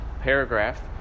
paragraph